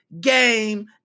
game